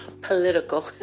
political